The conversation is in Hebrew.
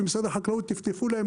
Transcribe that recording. ומשרד החקלאות טפטפו להם,